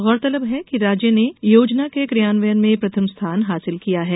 गौरतलब है कि राज्य ने योजना के कियान्वयन में प्रथम स्थान हासिल किया है